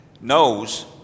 knows